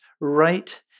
right